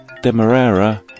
Demerara